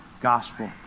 gospel